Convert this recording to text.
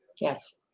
Yes